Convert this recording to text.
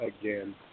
again